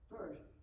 First